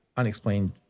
unexplained